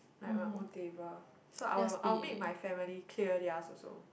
like my own table so I would I will make my family clear theirs also